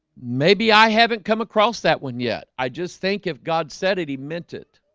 maybe i haven't come across that one yet. i just think if god said it he meant it